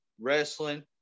wrestling